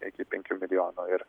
iki penkių milijonų ir